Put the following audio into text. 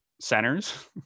centers